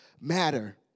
matter